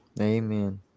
Amen